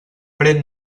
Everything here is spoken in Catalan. pren